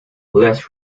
less